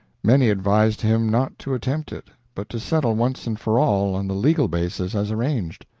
many advised him not to attempt it, but to settle once and for all on the legal basis as arranged.